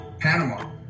Panama